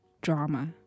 drama